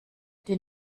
die